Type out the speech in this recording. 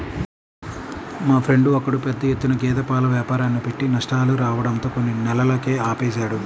మా ఫ్రెండు ఒకడు పెద్ద ఎత్తున గేదె పాల వ్యాపారాన్ని పెట్టి నష్టాలు రావడంతో కొన్ని నెలలకే ఆపేశాడు